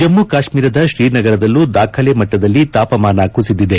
ಜಮ್ಮು ಕಾಶ್ವೀರದ ಶ್ರೀನಗರದಲ್ಲೂ ದಾಖಲೆ ಮಟ್ಟದಲ್ಲಿ ತಾಪಮಾನ ಕುಸಿದಿದೆ